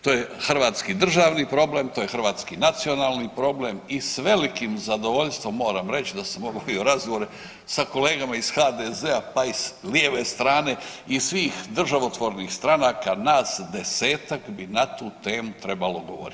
To je hrvatski državni problem, to je hrvatski nacionalni problem i s velikim zadovoljstvom moram reći da sam obavio razgovore sa kolegama iz HDZ-a, pa i s lijeve strane iz svih državotvornih stranaka, nas, desetak bi na tu temu trebalo govoriti.